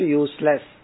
useless